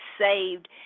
saved